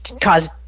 cause